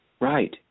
Right